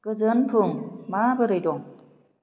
गोजोन फुं माबोरै दं